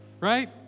Right